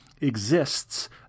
exists